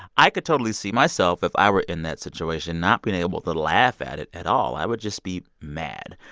i could totally see myself, if i were in that situation, not being able to laugh at it at all. i would just be mad.